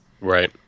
Right